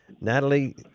Natalie